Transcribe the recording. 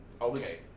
okay